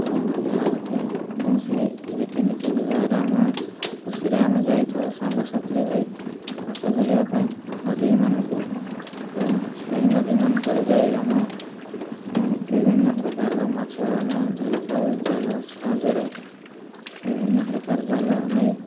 ଏବଂ ଏହା ଗୋଟେ କୌଣସି ରୀତିନୀତି ବିବାହରେ ଆମେ ଖୁସିରେ ଆମେ ଯାଇଥାଉ ସାଙ୍ଗସାଥି ହୋଇ ମାଛ ଧରିବା ପାଇଁ ନଦୀମାନଙ୍କୁ ଏବଂ ସେହି ନଦୀମାନଙ୍କରେ ଯାଇ ଆମେ ବିଭିନ୍ନ ପ୍ରକାରର ମାଛ ଆମେ ଧରିଥାଉ ଜାଲ ସାହାଯ୍ୟରେ ବିଭିନ୍ନ ପ୍ରକାର ଜାଲ ନେଇ